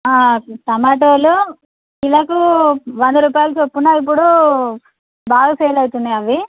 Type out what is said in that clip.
టొమాటోలు కిలోకి వంద రూపాయలు చప్పున ఇప్పుడు బాగా సేల్ అవుతున్నాయి అవి